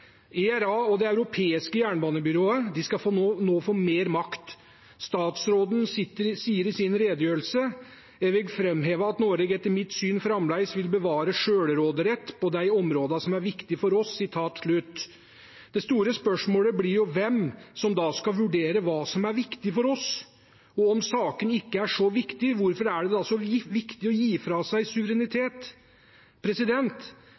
og det europeiske jernbanebyrået skal nå få mer makt. Statsråden sier i sin redegjørelse: «Eg vil framheve at Noreg etter mitt syn framleis vil bevare sjølvråderett på dei områda som er viktige for oss.» Det store spørsmålet blir jo hvem som da skal vurdere hva som er viktig for oss. Og om sakene ikke er så viktige, hvorfor er det da så viktig å gi fra seg